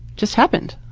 just happened.